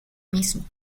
mismo